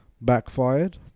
backfired